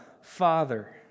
Father